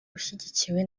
ushyigikiwe